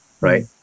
right